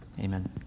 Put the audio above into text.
Amen